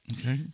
Okay